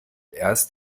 erst